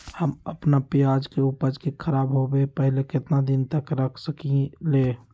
हम अपना प्याज के ऊपज के खराब होबे पहले कितना दिन तक रख सकीं ले?